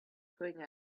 going